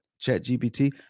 ChatGPT